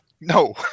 no